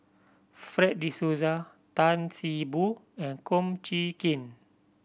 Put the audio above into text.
Fred De Souza Tan See Boo and Kum Chee Kin